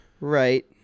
right